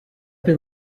been